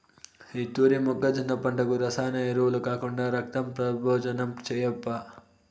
ఈ తూరి మొక్కజొన్న పంటకు రసాయన ఎరువులు కాకుండా రక్తం ప్రబోజనం ఏయప్పా